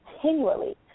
continually